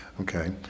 Okay